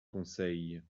conseil